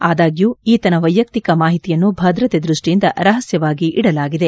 ಆದಾಗ್ಡೂ ಈತನ ವೈಯಕ್ತಿಕ ಮಾಹಿತಿಯನ್ನು ಭದ್ರತೆ ದೃಷ್ಟಿಯಿಂದ ರಹಸ್ಯವಾಗಿ ಇಡಲಾಗಿದೆ